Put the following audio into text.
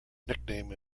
nickname